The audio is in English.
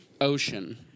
Ocean